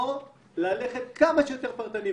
ואפשר ללכת כמה שיותר פרטני.